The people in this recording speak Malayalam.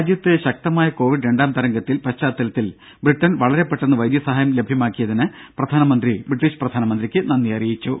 രാജ്യത്ത് ശക്തമായ കോവിഡ് രണ്ടാം തരംഗത്തിന്റെ പശ്ചാത്തലത്തിൽ ബ്രിട്ടൻ വളരെ പെട്ടെന്ന് വൈദ്യസഹായം ലഭ്യമാക്കിയതിന് പ്രധാനമന്ത്രി ബ്രിട്ടീഷ് പ്രധാനമന്ത്രിക്ക് നന്ദി അറിയിച്ചു